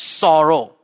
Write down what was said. sorrow